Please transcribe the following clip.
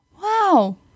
Wow